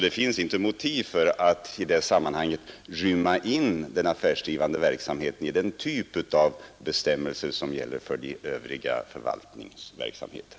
Det finns inga motiv för att inrymma den affärsdrivande verksamheten i den typ av bestämmelser som gäller för de övriga förvaltningsverksamheterna.